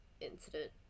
incident